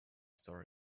story